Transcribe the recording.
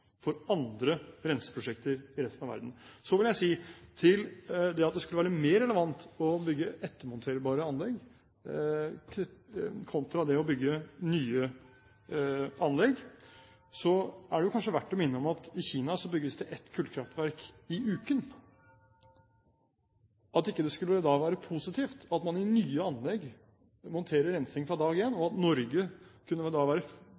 for andre renseprosjekter i resten av verden. Til det at det skulle være mer relevant å bygge ettermonterbare anlegg kontra det å bygge nye anlegg, vil jeg si at det er verdt å minne om at i Kina bygges det et kullkraftverk i uken. At det da ikke skulle være positivt at man i nye anlegg monterer rensing fra dag én, og at Norge kunne være